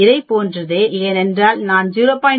இதைப் போன்றது ஏனென்றால் நான் 0